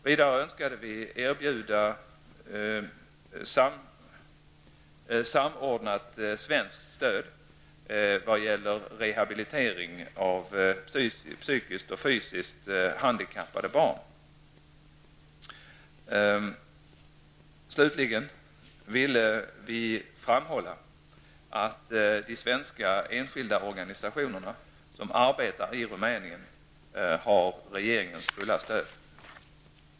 Vidare önskade vi erbjuda samordnat svenskt stöd vad gäller rehabiliteringen av psykiskt och fysiskt handikappade barn. Slutligen ville vi framhålla att de svenska enskilda organisationerna som arbetar i Rumänien har regeringens fulla stöd.